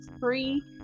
free